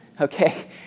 Okay